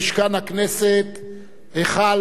היכל הדמוקרטיה של ישראל.